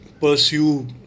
pursue